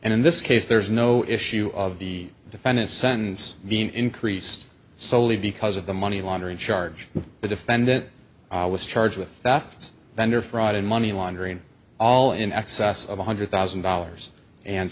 and in this case there's no issue of the defendant sentence being increased soley because of the money laundering charge the defendant was charged with theft vendor fraud and money laundering all in excess of one hundred thousand dollars and